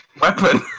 weapon